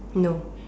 no